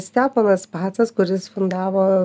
steponas pacas kuris fundavo